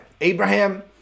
Abraham